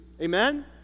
Amen